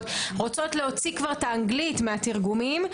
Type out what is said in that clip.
רוצות להוציא כבר את האנגלית מהתרגומים,